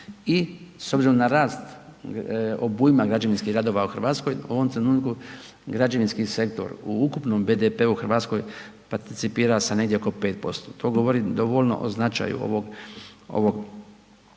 I s obzirom na rast obujma građevinskih radova u RH, u ovom trenutku građevinski sektor u ukupnom BDP-u u RH participira sa negdje oko 5%, to govori dovoljno o značaju ovog, ovog